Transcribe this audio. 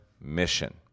mission